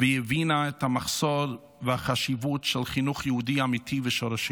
והבינה את המחסור והחשיבות של חינוך יהודי אמיתי ושורשי.